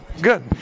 Good